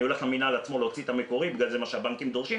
הולך למינהל עצמו להוציא את המקורי כי זה מה שהבנקים דורשים,